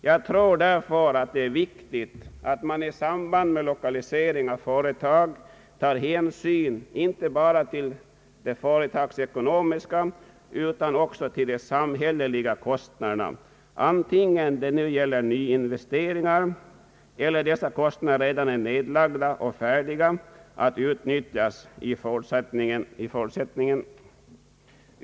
Det är därför viktigt att man i samband med lokalisering av företag tar hänsyn inte bara till de företagsekonomiska utan också till de samhälleliga kostnaderna, antingen det nu gäller nyinvesteringar eller kostnader som redan är nedlagda och projekten färdiga att nyttjas.